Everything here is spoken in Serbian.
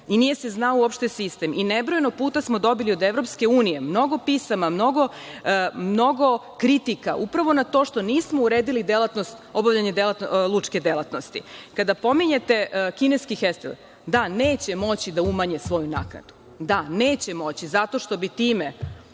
i nije se znao uopšte sistem i nebrojeno puta smo dobili od EU mnogo pisama, mnogo kritika, upravo na to što nismo uredili obavljanje lučke delatnosti. Kada pominjete kineski „Hestil“, da, neće moći da umanje svoju naknadu. Neće moći, zato što bi time,